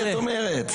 לוועדה,